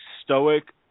stoic